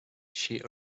she